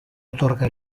otorga